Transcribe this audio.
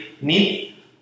need